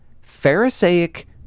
Pharisaic